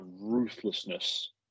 ruthlessness